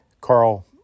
Carl